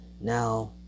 Now